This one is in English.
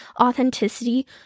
authenticity